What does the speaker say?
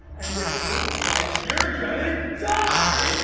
and it looks like you're gonna die!